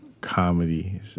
comedy